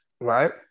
right